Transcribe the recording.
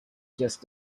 just